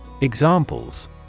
Examples